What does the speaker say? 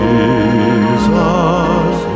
Jesus